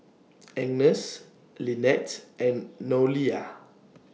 Agnes Linette and Noelia